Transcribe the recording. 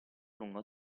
lungo